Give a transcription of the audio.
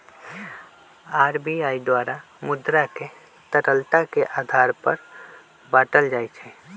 RBI द्वारा मुद्रा के तरलता के आधार पर बाटल जाइ छै